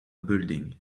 building